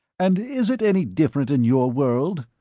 and is it any different in your world?